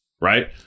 right